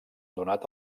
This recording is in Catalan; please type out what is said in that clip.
donat